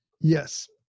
Yes